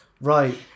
Right